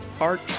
Arch